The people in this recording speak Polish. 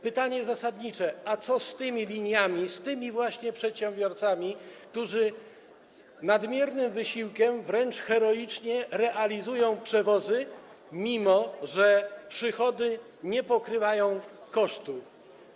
Pytanie zasadnicze: a co z tymi liniami, właśnie z tymi przedsiębiorcami, którzy nadmiernym wysiłkiem, wręcz heroicznie realizują przewozy, mimo że przychody nie pokrywają kosztów?